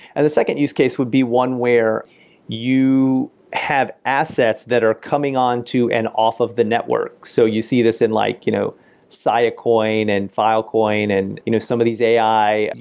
and the second use case would be one where you have assets that are coming onto and off of the network. so you see this in like you know siacoin and filecoin and you know some of these ai,